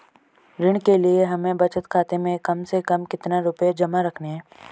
ऋण के लिए हमें बचत खाते में कम से कम कितना रुपये जमा रखने हैं?